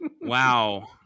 Wow